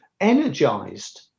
energized